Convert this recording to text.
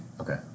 Okay